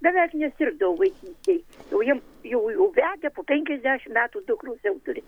beveik nesirgdavo vaikystėj jau jiem jau jau vedę po penkiasdešim metų dukros jau turi